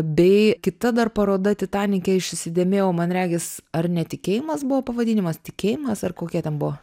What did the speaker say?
bei kita dar paroda titanike aš įsidėmėjau man regis ar netikėjimas buvo pavadinimas tikėjimas ar kokia ten buvo